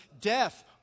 death